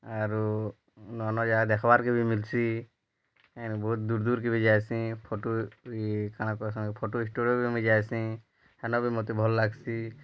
ଆରୁ ନୂଆ ନୂଆ ଜାଗା ଦେଖବାର୍ କେ ବି ମିଲସି୍ ବହୁତ ଦୂର୍ ଦୂର୍ କେ ବି ଯାଇସିଁ ଫଟୋ ବି କାଣା କହେସନ୍ ଫଟୋ ଷ୍ଟୁଡ଼ିଓ ବି ମୁଇଁ ଯାଏସିଁ ହେନ ବି ମୋତେ ଭଲ୍ ଲାଗ୍ସି